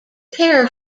pair